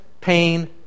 pain